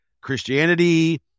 christianity